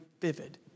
vivid